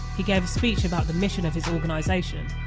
he gave speech about the mission of his organisation.